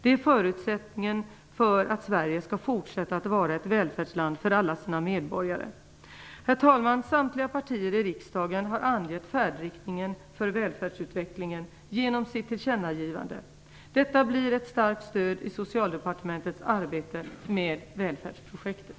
Det är förutsättningen för att Sverige skall fortsätta att vara ett välfärdsland för alla sina medborgare. Herr talman! Samtliga partier i riksdagen har angett färdriktningen för välfärdsutvecklingen genom sitt tillkännagivande. Detta blir ett starkt stöd i Socialdepartementets arbete med välfärdsprojektet.